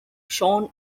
sean